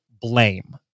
blame